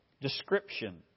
description